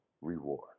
reward